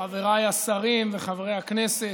חבריי השרים וחברי הכנסת,